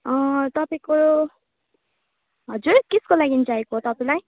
तपाईँको हजुर केको लागि चाहिएको तपाईँलाई